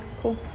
Cool